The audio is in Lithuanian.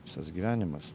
visas gyvenimas